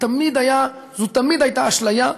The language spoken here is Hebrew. זו תמיד הייתה אשליה,